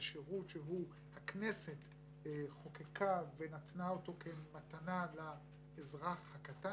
זה שירות שהכנסת חוקקה ונתנה אותו כמתנה לאזרח הקטן,